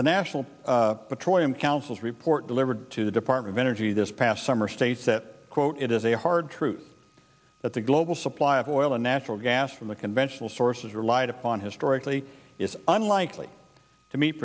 the national petroleum council's report delivered to the department of energy this past summer states that quote it is a hard truth that the global supply of oil and natural gas from the conventional sources relied upon historically is unlikely to meet